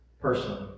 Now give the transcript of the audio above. Personally